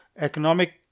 economic